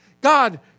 God